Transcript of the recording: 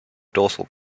dorsal